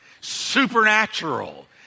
supernatural